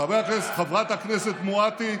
חברת הכנסת מואטי,